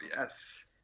yes